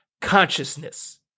consciousness